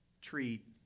treat